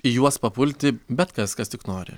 į juos papulti bet kas kas tik nori